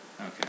Okay